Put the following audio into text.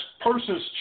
persons